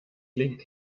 klingt